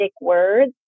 words